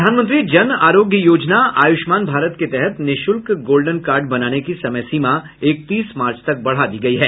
प्रधानमंत्री जन आरोग्य योजना आयुष्मान भारत के तहत निःशुल्क गोल्डेन कार्ड बनाने की समय सीमा इकतीस मार्च तक बढ़ा दी गयी है